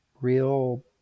real